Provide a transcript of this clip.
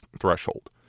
threshold